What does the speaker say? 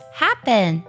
happen